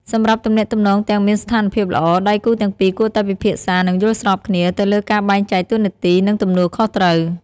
សម្រាប់ទំនាក់ទំនងដែលមានស្ថានភាពល្អ ដៃគូទាំងពីរគួរតែ ពិភាក្សា និងយល់ស្របគ្នា ទៅលើការបែងចែកតួនាទី និងទំនួលខុសត្រូវ។